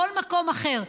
כל מקום אחר,